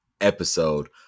episode